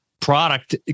product